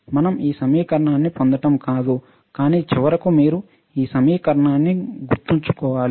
మనం ఈ సమీకరణాన్ని పొందడం కాదు కానీ చివరికి మీరు ఈ సమీకరణాన్ని గుర్తుంచుకోవాలి